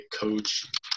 coach